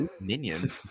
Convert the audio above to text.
minion